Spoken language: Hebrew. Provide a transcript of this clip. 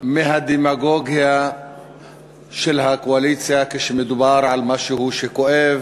מהדמגוגיה של הקואליציה, כשמדובר על משהו שכואב